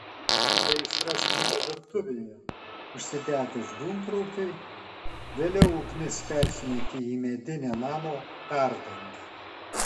gaisras kilo virtuvėje užsidegus dūmtraukiui vėliau ugnis persimetė į medinę namo perdangą